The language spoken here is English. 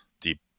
deep